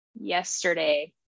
yesterday